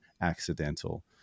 accidental